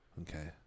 Okay